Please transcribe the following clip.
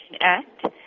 Act